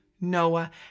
Noah